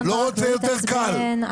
לא רוצה יותר קל.